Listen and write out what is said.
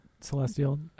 celestial